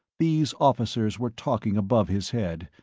these officers were talking above his head,